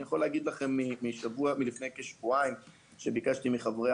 אני יכול להגיד לכם שלפני שבועיים ביקשתי מחברי